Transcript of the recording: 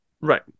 Right